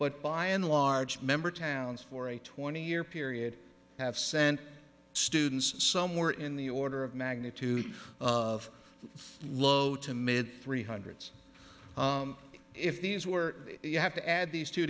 but by and large member towns for a twenty year period have sent students somewhere in the order of magnitude of low to mid three hundreds if these were you have to add these two